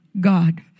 God